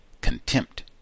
contempt